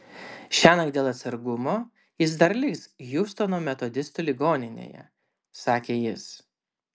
šiąnakt dėl atsargumo jis dar liks hjustono metodistų ligoninėje sakė jis